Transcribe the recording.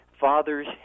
fathers